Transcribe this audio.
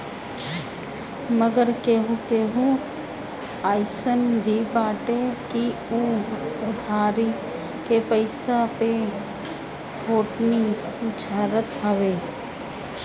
मगर केहू केहू अइसन भी बाटे की उ उधारी के पईसा पे फोटानी झारत हवे